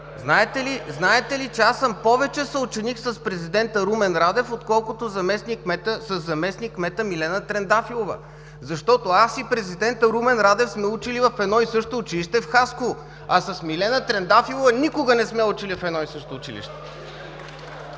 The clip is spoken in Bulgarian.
Знаете ли, че аз съм повече съученик с президента Румен Радев, отколкото със заместник-кмета Милена Трендафилова? Защото аз и президентът Румен Радев сме учили в едно и също училище в Хасково, а с Милена Трендафилова никога не сме учили в едно и също училище.